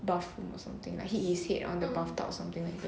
bathroom or something lah he he is said on the bathtub or something like that